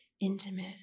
intimate